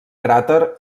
cràter